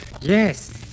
yes